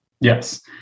Yes